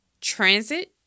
transit